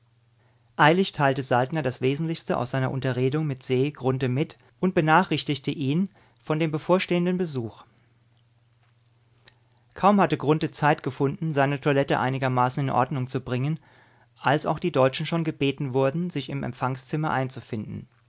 eilig teilte saltner das wesentlichste aus seiner unterredung mit se grunthe mit und benachrichtigte ihn von dem bevorstehenden besuch kaum hatte grunthe zeit gefunden seine toilette einigermaßen in ordnung zu bringen als auch die deutschen schon gebeten wurden sich im empfangszimmer einzufinden